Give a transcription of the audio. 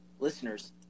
Listeners